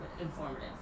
informative